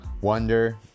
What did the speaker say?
Wonder